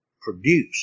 produce